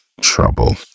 trouble